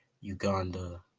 Uganda